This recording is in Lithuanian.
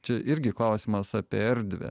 čia irgi klausimas apie erdvę